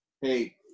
hey